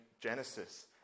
genesis